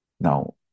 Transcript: Now